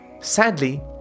sadly